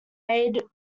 made